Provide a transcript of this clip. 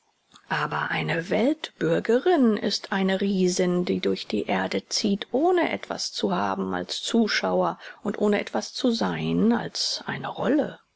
aber eine weltbürgerin ist eine riesin die durch die erde zieht ohne etwas zu haben als zuschauer und ohne etwas zu sein als eine rolle